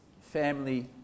family